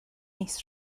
mis